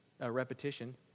Repetition